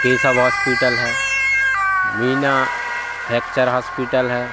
Keshav hospital है Veena fracture hospital है